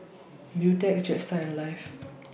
Beautex Jetstar and Alive